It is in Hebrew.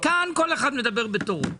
כאן כל אחד מדבר בתורו.